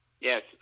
Yes